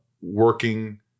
working